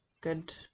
good